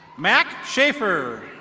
mack shaffer.